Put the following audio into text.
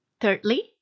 Thirdly